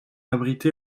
abrité